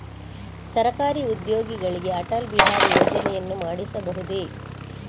ಸರಕಾರಿ ಉದ್ಯೋಗಿಗಳಿಗೆ ಅಟಲ್ ಬಿಹಾರಿ ಯೋಜನೆಯನ್ನು ಮಾಡಿಸಬಹುದೇ?